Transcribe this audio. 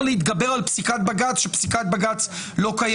להתגבר על פסיקת בג"צ כשפסיקת בג"צ לא קיימת.